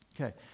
Okay